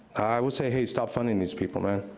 i would say, hey, stop funding these people, man.